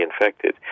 infected